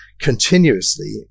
continuously